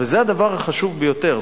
וזה הדבר החשוב ביותר.